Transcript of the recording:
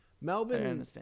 melbourne